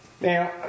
Now